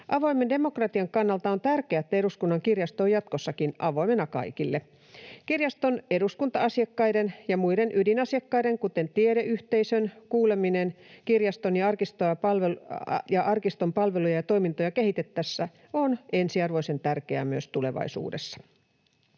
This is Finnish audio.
Avoimen demokratian kannalta on tärkeää, että eduskunnan kirjasto on jatkossakin avoimena kaikille. Kirjaston eduskunta-asiakkaiden ja muiden ydinasiakkaiden, kuten tiedeyhteisön, kuuleminen kirjaston ja arkiston palveluja ja toimintoja kehitettäessä on ensiarvoisen tärkeää myös tulevaisuudessa.